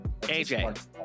AJ